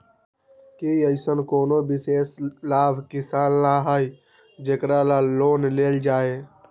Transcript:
कि अईसन कोनो विशेष लाभ किसान ला हई जेकरा ला लोन लेल जाए?